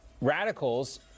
radicals